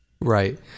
right